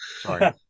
sorry